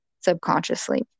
subconsciously